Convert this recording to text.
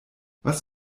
was